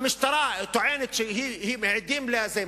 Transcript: המשטרה טוענת שהם היו עדים לזה.